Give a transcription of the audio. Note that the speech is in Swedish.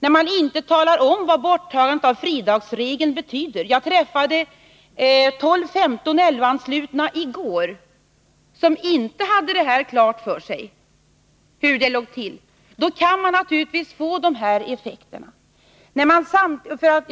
och inte talar om vad borttagandet av fridagsregeln betyder, så kan det naturligtvis få de här effekterna. Jag träffade i går 12-15 LO-anslutna, som inte hade klart för sig hur det låg till.